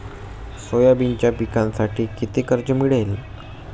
सोयाबीनच्या पिकांसाठी किती कर्ज मिळेल?